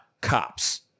cops